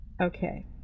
Okay